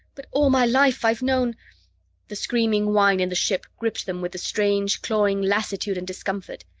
but all my life i've known the screaming whine in the ship gripped them with the strange, clawing lassitude and discomfort.